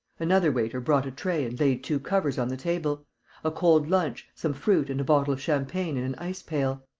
another waiter brought a tray and laid two covers on the table a cold lunch, some fruit and a bottle of champagne in an ice-pail.